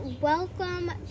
welcome